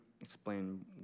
explain